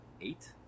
Eight